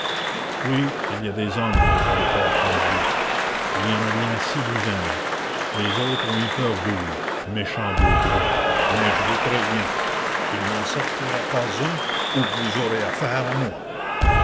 oui il y a des hommes reprit le père quandieu il y en a bien six douzaines les autres ont eu peur de vous méchants bougres mais je vous préviens qu'il n'en sortira pas un ou que vous aurez affaire à moi